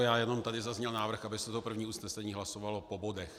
Já jenom tady zazněl návrh, aby se to první usnesení hlasovalo po bodech.